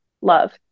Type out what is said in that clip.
love